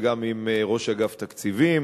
וגם עם ראש אגף התקציבים,